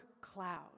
cloud